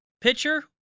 pitcher